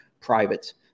private